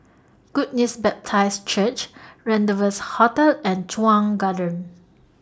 Good News Baptist Church Rendezvous Hotel and Chuan Garden